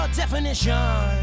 definition